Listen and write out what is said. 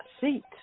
seat